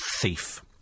thief